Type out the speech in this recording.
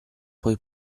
poi